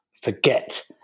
forget